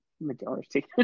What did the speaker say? majority